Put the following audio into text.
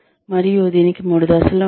మరియు దీనికి మూడు దశలు ఉన్నాయి